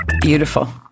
Beautiful